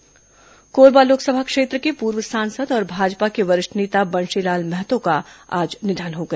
बंशीलाल महतो निधन कोरबा लोकसभा क्षेत्र के पूर्व सांसद और भाजपा के वरिष्ठ नेता बंशीलाल महतो का आज निधन हो गया